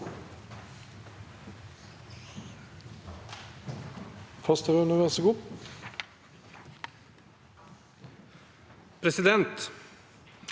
Presidenten